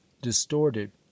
distorted